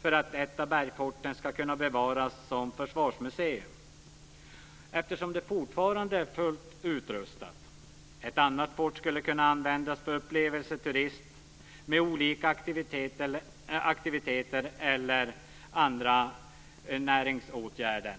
för att ett av bergforten, som fortfarande är fullt utrustat, ska kunna bevaras som försvarsmuseum. Ett annat fort skulle kunna användas för upplevelseturism med olika aktiviteter eller andra näringsåtgärder.